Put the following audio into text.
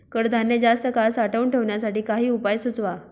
कडधान्य जास्त काळ साठवून ठेवण्यासाठी काही उपाय सुचवा?